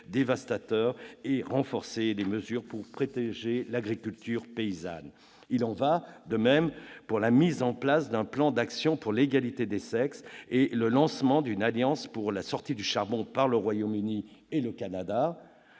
dévastateurs et de renforcer les mesures visant à protéger l'agriculture paysanne. Il en va de même de la mise en place du plan d'action pour l'égalité des sexes et du lancement d'une alliance pour la sortie du charbon par le Royaume-Uni et le Canada,